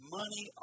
money